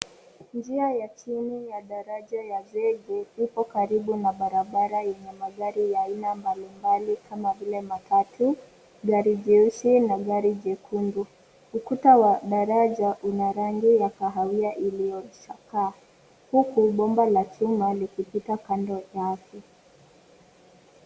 Njia ya chini ya daraja ya zege iko karibu na barabara yenye magari ya aina mbalimbali kama vile matatu, gari jeusi na gari jekundu. Ukuta wa daraja una rangi ya kahawia iliyochakaa huku bomba la chuma likipita kando yake.